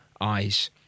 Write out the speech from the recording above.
eyes